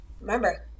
Remember